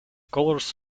colours